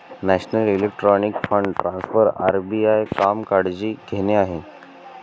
national electronic fund transfer RBI काम काळजी घेणे आहे